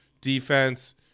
defense